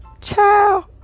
ciao